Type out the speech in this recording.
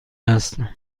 هستم